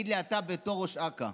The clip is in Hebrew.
תגיד לי אתה, בתור ראש אכ"א: